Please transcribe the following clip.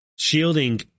Shielding